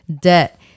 debt